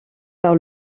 par